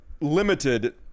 limited